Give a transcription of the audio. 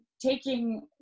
taking